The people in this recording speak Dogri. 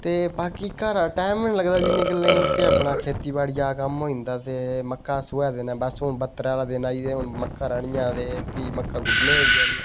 ते बाकी घरा टैम निं लगदा जिन्ने कम्में गी अपना खेतीबाड़ी दा कम्म होई जंदा ते मक्कां सूहे दे दिने ते बत्तर आह्ले दिन आई दे ते मक्कां राह्नियां ते प्ही मक्कां गुड्डने होई जानियां